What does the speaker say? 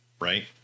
right